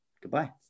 goodbye